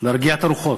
להרגיע את הרוחות,